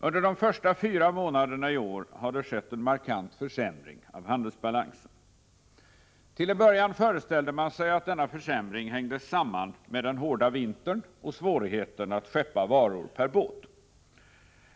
Under de fyra första månaderna i år har det skett en markant försämring av handelsbalansen. Till en början föreställde man sig att denna försämring hängde samman med den hårda vintern och svårigheten att skeppa varor per båt.